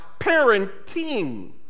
parenting